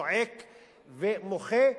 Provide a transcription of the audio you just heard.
זועק ומוחה,